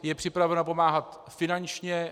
Je připravena pomáhat finančně.